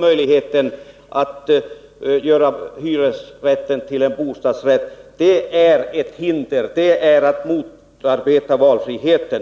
möjlighet att göra hyresrätten till bostadsrätt innebär att man motarbetar valfriheten.